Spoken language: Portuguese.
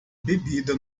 bebida